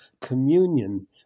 communion